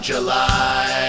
July